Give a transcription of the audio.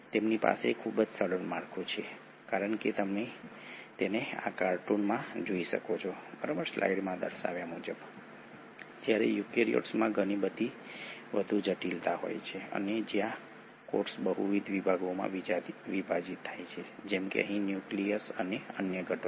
તેમની પાસે ખૂબ જ સરળ માળખું છે કારણ કે તમે તેને આ કાર્ટૂન માં જોઈ શકો છો જ્યારે યુકેરીયોટ્સમાં ઘણી વધુ જટિલતા હોય છે જ્યાં કોષ બહુવિધ વિભાગોમાં વિભાજિત થાય છે જેમ કે અહીં ન્યુક્લિયસ અને અન્ય ઘટકો